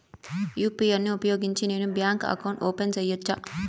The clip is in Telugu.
యు.పి.ఐ ను ఉపయోగించి నేను బ్యాంకు అకౌంట్ ఓపెన్ సేయొచ్చా?